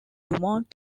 dumont